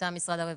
מטעם משרד הרווחה.